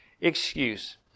excuse